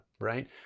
right